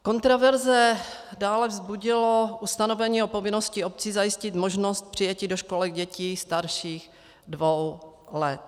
Kontroverze dále vzbudilo ustanovení o povinnosti obcí zajistit možnost přijetí do školek dětí starších dvou let.